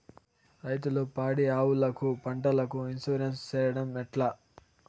రైతులు పాడి ఆవులకు, పంటలకు, ఇన్సూరెన్సు సేయడం ఎట్లా?